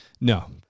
No